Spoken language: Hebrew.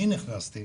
נכנסתי